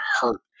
hurt